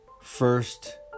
first